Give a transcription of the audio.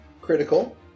critical